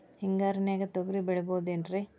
ಹಿಂಗಾರಿನ್ಯಾಗ ತೊಗ್ರಿ ಬೆಳಿಬೊದೇನ್ರೇ?